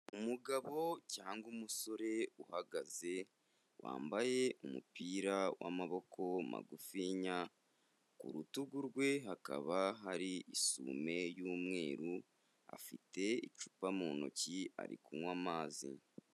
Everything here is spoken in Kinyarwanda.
Umugabo cyangwa umusore uhagaze wambaye umupira w'amaboko magufi ku rutugu rwe hakaba hari isume y'umweru afite icupa mu ntoki ari kunywa amazi.